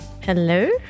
Hello